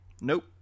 Nope